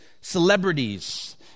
celebrities